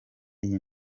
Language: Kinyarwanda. iyi